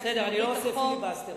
אני לא רוצה פיליבסטר,